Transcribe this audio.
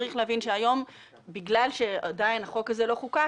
צריך להבין שבגלל שהחוק הזה עדיין לא חוקק,